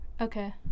Okay